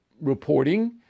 reporting